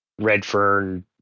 Redfern